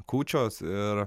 kūčios ir